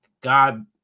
God